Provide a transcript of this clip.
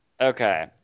Okay